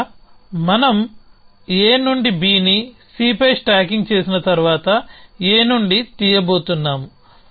ఇక్కడ మనం A నుండి Bని C పై స్టాకింగ్ చేసిన తర్వాత A నుండి తీయబోతున్నాము